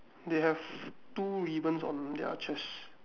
they have two ribbons on their chest